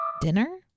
Dinner